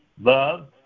love